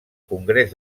congrés